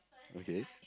okay